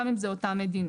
גם אם זה אותה מדינה,